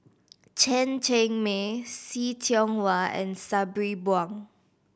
Chen Cheng Mei See Tiong Wah and Sabri Buang